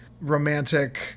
romantic